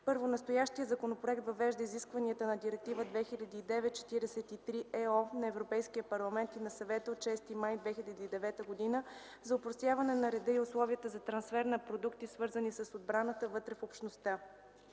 Настоящият законопроект въвежда изискванията на Директива 2009/43/ЕО на Европейския парламент и на Съвета от 6 май 2009 г. за опростяване на реда и условията за трансфер на продукти, свързани с отбраната, вътре в Общността.